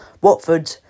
Watford